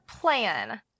plan